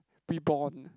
be born